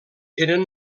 eren